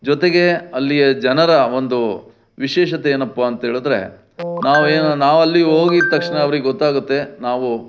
ಜೊತೆಗೆ ಅಲ್ಲಿಯ ಜನರ ಒಂದು ವಿಶೇಷತೆ ಏನಪ್ಪ ಅಂತೇಳಿದ್ರೆ ನಾವೇನು ನಾವಲ್ಲಿಗೆ ಹೋಗಿದ್ ತಕ್ಷಣ ಅವ್ರಿಗೆ ಗೊತ್ತಾಗುತ್ತೆ ನಾವು